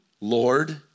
Lord